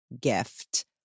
gift